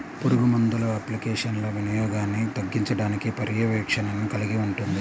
పురుగుమందుల అప్లికేషన్ల వినియోగాన్ని తగ్గించడానికి పర్యవేక్షణను కలిగి ఉంటుంది